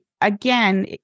Again